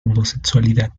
homosexualidad